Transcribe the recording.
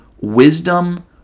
wisdom